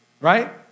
right